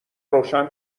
روشن